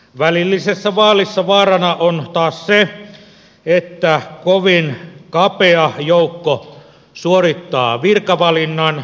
välillisessä vaalissa vaarana on taas se että kovin kapea joukko suorittaa virkavalinnan